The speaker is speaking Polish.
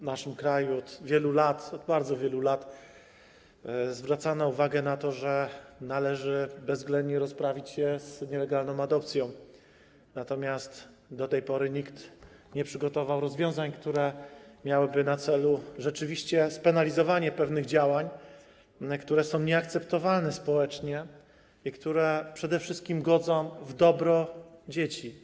W naszym kraju od bardzo wielu lat zwracano uwagę na to, że należy bezwzględnie rozprawić się z nielegalną adopcją, natomiast do tej pory nikt nie przygotował rozwiązań, które miałyby na celu rzeczywiście spenalizowanie pewnych działań, które są nieakceptowane społecznie i które przede wszystkim godzą w dobro dzieci.